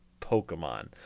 Pokemon